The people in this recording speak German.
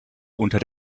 unter